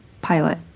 pilot